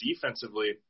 defensively